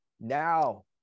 Now